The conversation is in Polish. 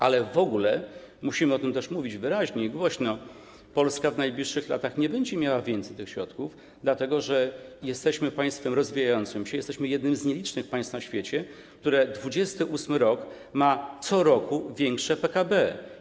Ale w ogóle - musimy o tym też mówić wyraźnie i głośno - Polska w najbliższych latach nie będzie miała więcej tych środków, dlatego że jesteśmy państwem rozwijającym się, jesteśmy jednym z nielicznych państw na świecie, które 28. rok ma co roku większe PKB.